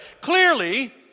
Clearly